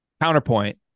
counterpoint